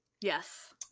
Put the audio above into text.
Yes